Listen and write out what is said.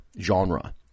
genre